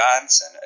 Johnson